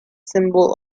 symbol